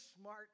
smart